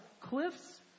cliffs